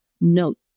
note